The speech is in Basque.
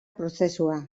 prozesua